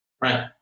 Right